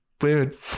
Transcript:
Weird